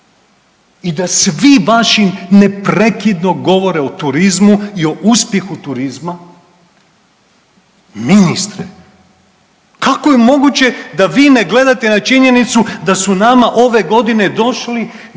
i da svi vaši neprekidno govore o turizmu i o uspjehu turizma. Ministre, kako je moguće da vi ne gledate na činjenicu da su nama ove godine došli dva